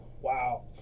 Wow